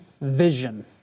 vision